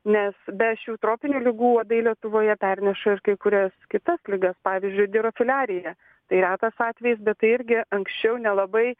nes be šių tropinių ligų uodai lietuvoje perneša ir kai kurias kitas ligas pavyzdžiui dirofiliariją tai retas atvejis bet tai irgi anksčiau nelabai